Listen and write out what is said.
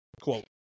quote